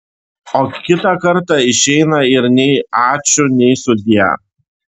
o kitą kartą išeina ir nei ačiū nei sudie